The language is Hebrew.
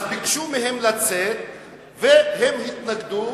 אז ביקשו מהם לצאת והם התנגדו,